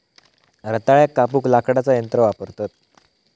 रताळ्याक कापूक लाकडाचा यंत्र वापरतत